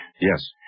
Yes